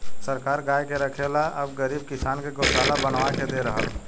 सरकार गाय के रखे ला अब गरीब किसान के गोशाला बनवा के दे रहल